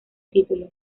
título